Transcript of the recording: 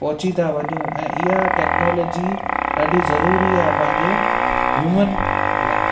पहुची था वञू ऐं इहा टेक्नोलोजी ॾाढी ज़रूरी आहे पंहिंजे ह्यूमन लाइ